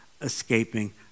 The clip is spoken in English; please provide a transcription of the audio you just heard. escaping